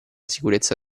sicurezza